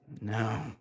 No